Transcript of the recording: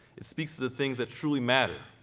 it speaks to the things that truly matter.